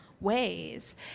ways